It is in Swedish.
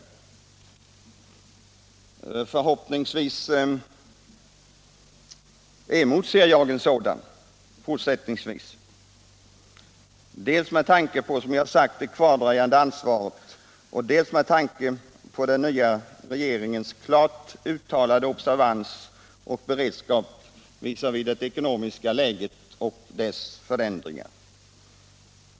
Jag emotser med viss förhoppning en sådan fortsättningsvis, dels med tanke på — som jag sagt —- det kvardröjande ansvaret, dels med tanke på den nya regeringens klart uttalade observans och beredskap visavi det ekonomiska läget och dess förändringar.